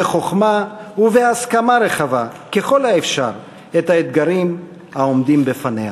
בחוכמה ובהסכמה רחבה ככל האפשר את האתגרים העומדים בפניה.